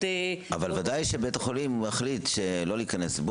אבל ודאי שבית החולים מחליט שלא להיכנס.